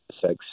sex